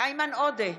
איימן עודה,